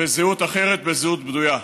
בזהות אחרת, בזהות בדויה.